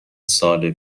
سال